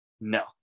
No